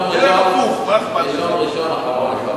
תלך הפוך, מה אכפת לך?